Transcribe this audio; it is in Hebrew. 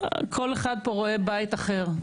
כל אחד פה רואה בית אחר,